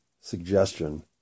suggestion